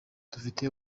dufite